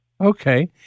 Okay